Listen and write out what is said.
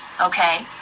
okay